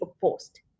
post